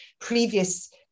previous